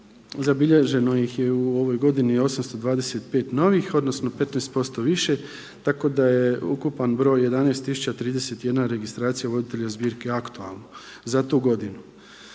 zabilježeno ih je u ovoj godini 825 novih odnosno 15% više tako da je ukupan broj 11 tisuća 31 registracija voditelja zbirki aktualno za tu godinu.